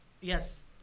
yes